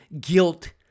guilt